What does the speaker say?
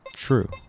True